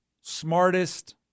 smartest